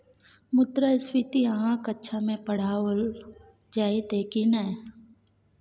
मुद्रास्फीति अहाँक कक्षामे पढ़ाओल जाइत यै की नै?